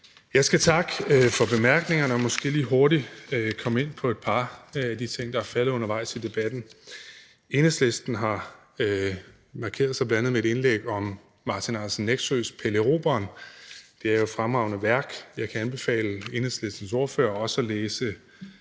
Jeg skal takke for bemærkningerne og måske lige hurtigt komme ind på et par af de ting, der er blevet nævnt undervejs i debatten. Enhedslisten har bl.a. markeret sig med et indlæg om Martin Andersen Nexøs »Pelle Erobreren«. Det er et fremragende værk. Jeg kan anbefale Enhedslistens ordfører også at læse